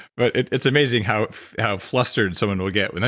but it's amazing how how flustered someone will get when they,